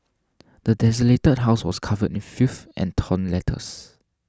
the desolated house was covered in filth and torn letters